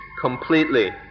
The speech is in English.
completely